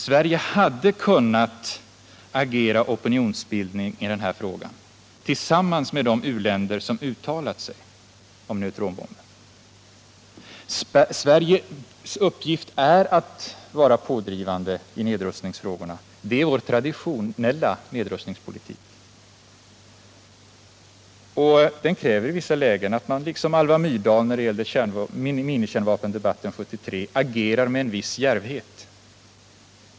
Sverige hade kunnat agera opinionsbildare i den här frågan tillsammans med de u-länder som uttalade sig om neutronbomben. Sveriges uppgift är att vara pådrivande i nedrustningsfrågorna — det är vår traditionella nedrustningspolitik. Den kräver i vissa lägen att man, som Alva Myrdal i minikärnvapendebatten 1973, agerar med en viss djärvhet.